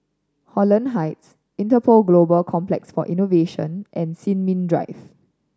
Holland Heights Interpol Global Complex for Innovation and Sin Ming Drive